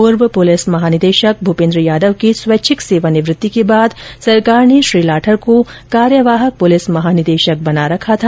पूर्व पुलिस महानिदेशक भूपेन्द्र यादव के स्वैच्छिक सेवानिवृत्ति के बाद सरकार ने श्री लाठर को कार्यवाहक पुलिस महानिदेशक बना रखा था